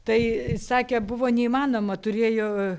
tai sakė buvo neįmanoma turėjo